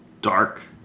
dark